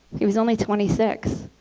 he was only twenty six.